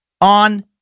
on